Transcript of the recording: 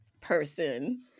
person